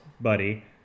buddy